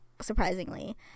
surprisingly